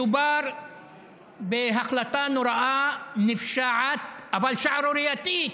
מדובר בהחלטה נוראה, נפשעת, אבל שערורייתית,